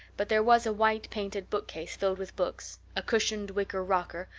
but there was a white-painted bookcase filled with books, a cushioned wicker rocker,